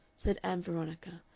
said ann veronica,